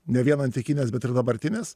ne vien antikinės bet ir dabartinės